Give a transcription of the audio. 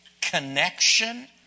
connection